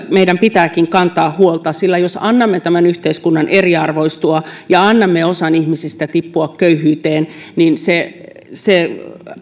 meidän pitääkin kantaa huolta sillä jos annamme tämän yhteiskunnan eriarvoistua ja annamme osan ihmisistä tippua köyhyyteen niin se se